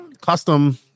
Custom